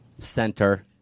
center